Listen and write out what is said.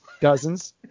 Dozens